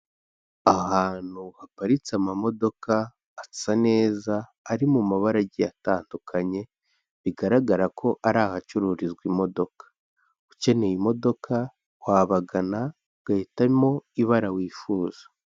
Ahantu haparitse amamodoka asa neza, ari mu mabara agiye atandukanye, bigaragara ko ari ahacururizwa imodoka, ukeneye imodoka wabagana, ugahitamo ibara wifuza.